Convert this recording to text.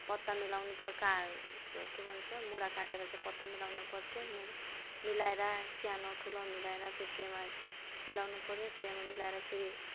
पत्ता मिलाउनुपर्यो का के भन्छ मुडा काटेर चाहिँ पत्ता मिलाउनुपर्थ्यो मिलाएर सानो ठुलो मिलाएर फेरि ट्रेमा मिलाउनुपर्यो ट्रेमा मिलाएर फेरि